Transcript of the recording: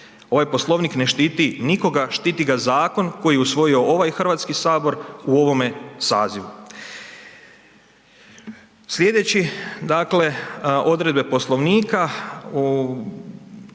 Ovaj Poslovnik ne štiti nikoga, štiti ga zakon koji je usvojio ovaj HS u ovome sazivu. Slijedeći, dakle odredbe Poslovnika